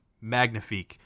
magnifique